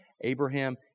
Abraham